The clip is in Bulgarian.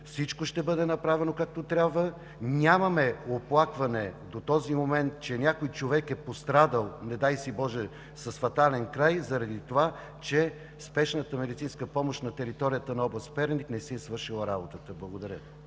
всичко ще бъде направено както трябва, нямаме оплакване до този момент, че някой човек е пострадал, не дай си боже, с фатален край, заради това че Спешната медицинска помощ на територията на област Перник не си е свършила работата. Благодаря